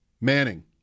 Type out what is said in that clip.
Manning